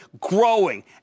growing